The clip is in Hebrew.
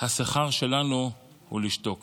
השכר שלנו הוא לשתוק,